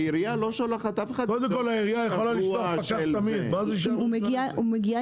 העירייה תמיד יכולה לשלוח פקח, מה זה קשור לרישוי